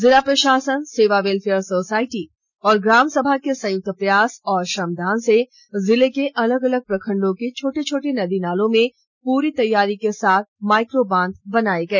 जिला प्रशासन सेवा वेलफेयर सोसाइटी और ग्रामसभा के संयुक्त प्रयास और श्रमदान से जिले के अलग अलग प्रखंडों के छोटे छोटे नदी नालों में पूरी तैयारी के साथ माइक्रो बांध बनाये गए